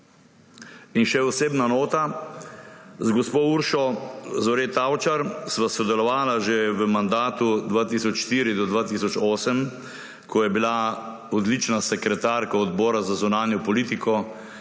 In še osebna nota. Z gospo Uršo Zore Tavčar sva sodelovala že v mandatu 2004–2008, ko je bila odlična sekretarka Odbora za zunanjo politiko